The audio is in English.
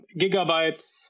Gigabytes